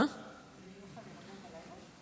אני לא נרדמת בלילה,